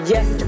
Yes